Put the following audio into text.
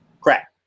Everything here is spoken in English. crack